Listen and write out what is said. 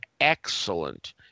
excellent